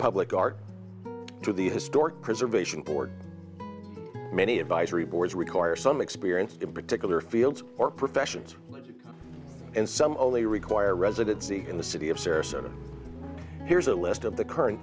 public art to the historic preservation board many advisory boards require some experience in particular fields or professions and some only require residency in the city of sarasota here's a list of the current